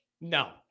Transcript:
No